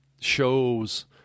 shows